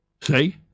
Say